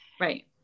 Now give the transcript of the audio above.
Right